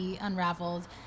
Unraveled